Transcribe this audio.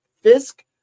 Fisk